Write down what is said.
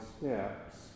steps